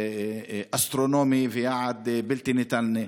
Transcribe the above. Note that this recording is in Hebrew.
אסטרונומי ויעד בלתי ניתן.